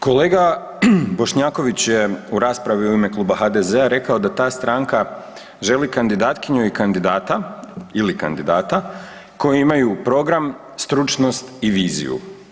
Kolega Bošnjaković je u raspravi u ime Kluba HDZ-a rekao da ta stranka želi kandidatkinju i kandidata, ili kandidata koji imaju program, stručnost i viziju.